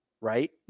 Right